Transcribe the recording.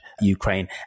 Ukraine